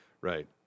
Right